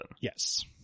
Yes